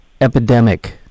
epidemic